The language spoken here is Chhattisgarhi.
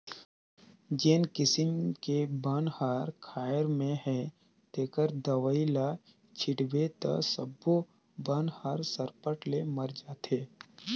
जेन किसम के बन हर खायर में हे तेखर दवई ल छिटबे त सब्बो बन हर सरपट ले मर जाथे